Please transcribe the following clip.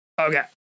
Okay